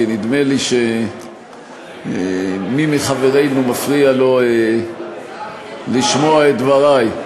כי נדמה לי שמי מחברינו מפריע לו לשמוע את דברי.